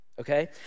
Okay